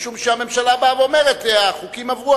משום שהממשלה באה ואומרת: החוקים עברו,